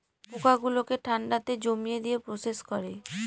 পোকা গুলোকে ঠান্ডাতে জমিয়ে দিয়ে প্রসেস করে